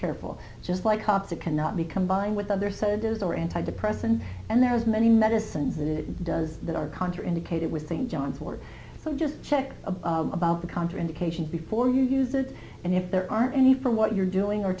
careful just like cops it cannot be combined with other sodas or antidepressants and there is many medicines that it does that are contra indicated with things john for some just check a about the contra indications before you use it and if there aren't any for what you're doing or